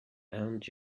and